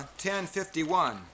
1051